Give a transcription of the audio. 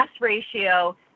ratio